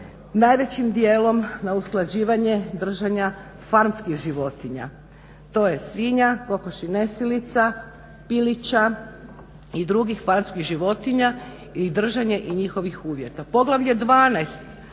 najvećim djelom na usklađivanje držanja farmskih životinja, to je svinja, kokoši nesilica, pilića i drugih farmskih životinja i držanje i njihovih uvjeta. Poglavlje 12